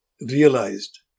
realized